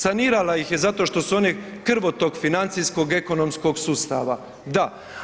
Sanirala ih je zato što su oni krvotok financijskog ekonomskog sustava, da.